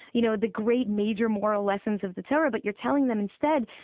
you know, the great major moral lessons of the torah, but you're telling them instead,